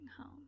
home